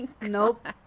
Nope